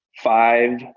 five